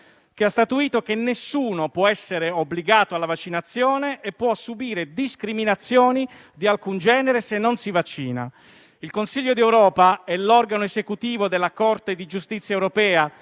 che ha statuito che nessuno può essere obbligato alla vaccinazione e può subire discriminazioni di alcun genere se non si vaccina. Il Consiglio d'Europa è l'organo esecutivo della Corte di giustizia europea.